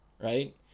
right